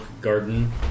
garden